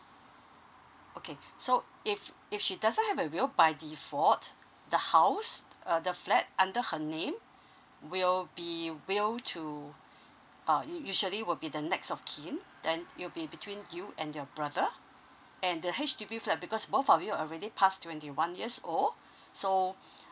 okay so if if she doesn't have a will by default the house uh the flat under her name will be will to uh you surely will be the next of kin then it'll be between you and your brother and the H_D_B flat because both of you already passed twenty one years old so